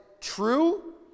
true